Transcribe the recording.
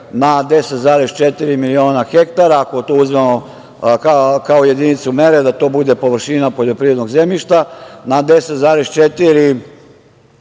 10,4 miliona hektara. Ako to uzmemo kao jedinicu mere da to bude površina poljoprivrednog zemljišta na 10,4 miliona hektara